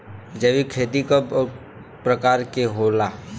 जैविक खेती कव प्रकार के होला?